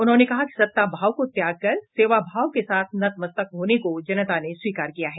उन्होंने कहा कि सत्ता भाव को त्याग कर सेवा भाव के साथ नतमस्तक होने को जनता ने स्वीकार किया है